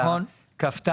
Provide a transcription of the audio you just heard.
נכון.